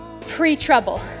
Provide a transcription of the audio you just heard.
pre-trouble